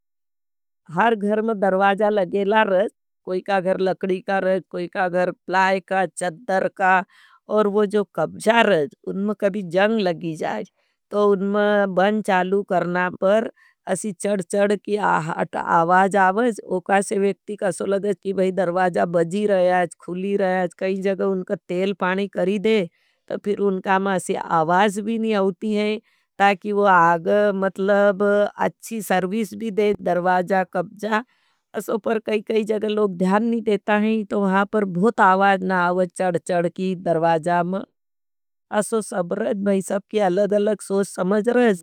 हार घर में दर्वाजा लगेला रज, कोई का घर लकडी का रज। कोई का घर प्लाय का, चद्धर का और वो जो कब्जा रज, उनमें कभी जंग लगी जाएज। तो उनमें बन चालू करना पर, अशी चड़-चड़ की आवाज आवज। वो कासे वेक्ति कासो लगेज की भाई दर्वाजा बजी रहे आज, खूली रहे आज। कई जग उनका तेल, पानी करी दे, तो फिर उनका में अशी आवाज भी नी आओती हैं। ताकि वो आग, मतलब अच्छी सर्विस भी देत। दरवाज़ कब्जा ओसी पर कई कई जगह ध्यान नी देता तो वहाँ पर बहुत अवाज आवत। चार चार की दरवाज़ा मा। सबरन मा सबकी अलग अलग सोच समझ रहे हैं।